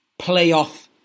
playoff